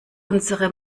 unsere